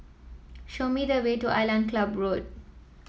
show me the way to Island Club Road